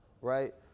right